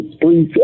three